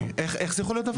איך זה יכול להיות דבר כזה?